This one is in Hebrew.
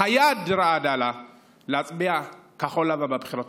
היד רעדה לה להצביע כחול לבן בבחירות האחרונות.